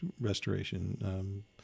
restoration